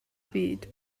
byd